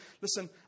listen